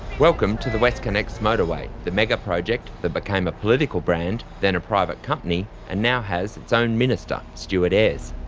welcome to the westconnex motorway, the mega-project that became a political brand, then a private company, and now has its own minister, stuart ayres.